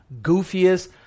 goofiest